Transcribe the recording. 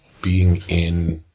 being in